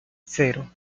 cero